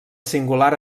singular